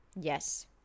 Yes